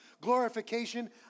Glorification